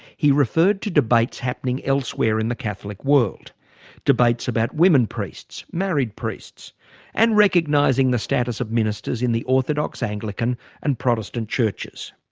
he referred to debates happening elsewhere in the catholic world debates about women priests, married priests and recognising the status of ministers in the orthodox, anglican and protestant churches.